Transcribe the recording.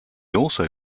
also